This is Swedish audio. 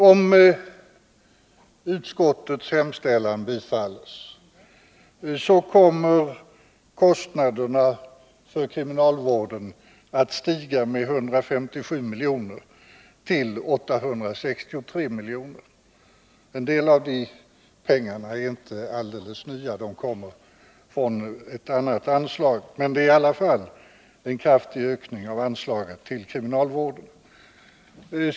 Om utskottets hemställan bifalles, kommer kostnaderna för kriminalvården att stiga med 157 miljoner till 863 miljoner. En del av de pengarna är inte alldeles nya utan kommer från ett annat anslag, men det är i alla fall en kraftig ökning av anslagen till kriminalvården.